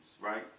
right